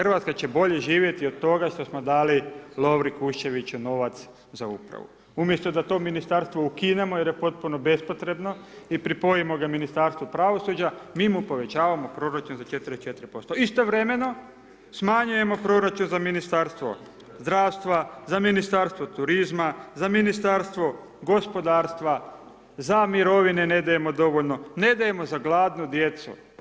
RH će bolje živjeti od toga što smo dali Lovri Kuščeviću novac za upravu. umjesto da to Ministarstvo ukinemo jer je potpuno bespotrebno i pripojimo ga Ministarstvu pravosuđa, mi mu povećavamo proračun za 44%, istovremeno smanjujemo proračun za Ministarstvo zdravstva, za Ministarstvo turizma, za Ministarstvo gospodarstva, za mirovine ne dajemo dovoljno, ne dajemo za gladnu djecu.